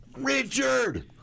richard